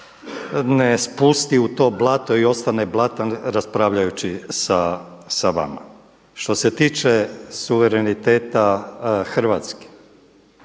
ne spusti u to blato i ostane blatan raspravljajući sa vama. Što se tiče suvereniteta Hrvatske